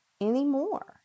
anymore